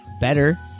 better